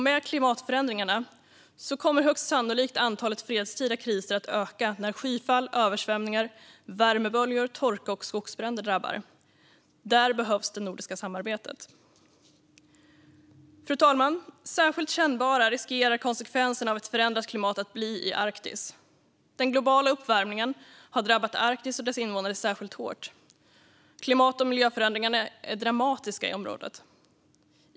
Med klimatförändringarna kommer högst sannolikt antalet fredstida kriser att öka när skyfall, översvämningar, värmeböljor, torka och skogsbränder drabbar. Där behövs det nordiska samarbetet. Särskilt kännbara riskerar konsekvenserna av ett förändrat klimat att bli i Arktis. Den globala uppvärmningen har drabbat Arktis och dess invånare särskilt hårt. Klimat och miljöförändringarna är dramatiska i området.